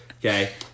Okay